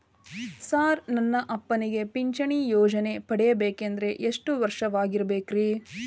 Sir ನನ್ನ ಅಪ್ಪನಿಗೆ ಪಿಂಚಿಣಿ ಯೋಜನೆ ಪಡೆಯಬೇಕಂದ್ರೆ ಎಷ್ಟು ವರ್ಷಾಗಿರಬೇಕ್ರಿ?